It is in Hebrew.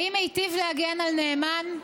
האם היטיב להגן על נאמן?